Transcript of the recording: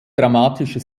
dramatische